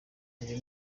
iyo